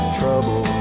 trouble